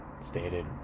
stated